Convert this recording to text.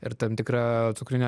ir tam tikra cukrinio